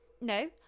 no